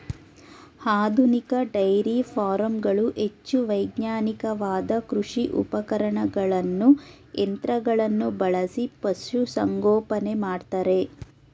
ಆಧುನಿಕ ಡೈರಿ ಫಾರಂಗಳು ಹೆಚ್ಚು ವೈಜ್ಞಾನಿಕವಾದ ಕೃಷಿ ಉಪಕರಣಗಳನ್ನು ಯಂತ್ರಗಳನ್ನು ಬಳಸಿ ಪಶುಸಂಗೋಪನೆ ಮಾಡ್ತರೆ